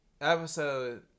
Episode